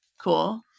Cool